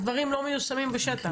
הדברים לא מיושמים בשטח,